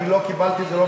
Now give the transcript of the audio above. אני לא קיבלתי את זה,